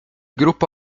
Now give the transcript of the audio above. gruppo